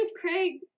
Craig